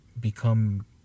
become